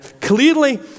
Clearly